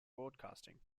broadcasting